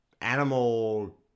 animal